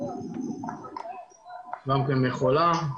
גם כן מכולה.